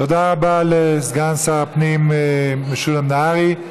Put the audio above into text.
תודה רבה לסגן שר הפנים משולם נהרי.